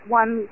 one